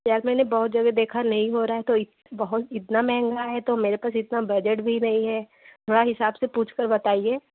यार मैंने बहुत जगह देखा नहीं हो रहा है तो इक बहो इतना महँगा है तो मेरे पास इतना बजट भी नहीं है थोड़ा हिसाब से पूछकर बताइए